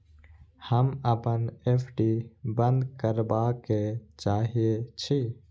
हम अपन एफ.डी बंद करबा के चाहे छी